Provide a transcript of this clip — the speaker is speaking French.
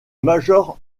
major